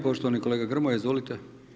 Poštovani kolega Grmoja, izvolite.